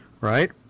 Right